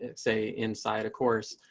yeah say, inside? of course.